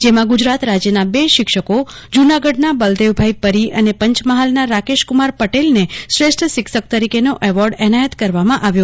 જેમાં ગુજરાત રાજ્યના બે શિક્ષકો જૂનાગઢના બલદેવ ભાઇ પરી અને પંચમહાલના રાકેશકુમાર પટેલને શ્રેષ્ઠ શિક્ષક તરીકેનો એવોર્ડ એનાયત કરવામાં આવ્યા